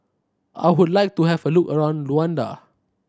I would like to have a look around Luanda